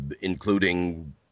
including